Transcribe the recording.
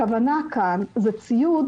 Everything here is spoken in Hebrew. הכוונה כאן היא לציוד